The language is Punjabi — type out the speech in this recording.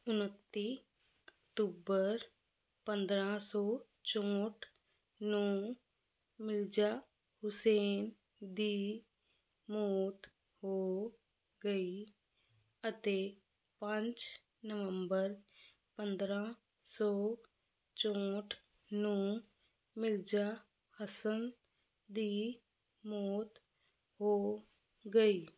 ਉਣੱਤੀ ਅਕਤੂਬਰ ਪੰਦਰਾਂ ਸੌ ਚੌਂਹਠ ਨੂੰ ਮਿਰਜ਼ਾ ਹੁਸੈਨ ਦੀ ਮੌਤ ਹੋ ਗਈ ਅਤੇ ਪੰਜ ਨਵੰਬਰ ਪੰਦਰਾਂ ਸੌ ਚੌਂਹਠ ਨੂੰ ਮਿਰਜ਼ਾ ਹਸਨ ਦੀ ਮੌਤ ਹੋ ਗਈ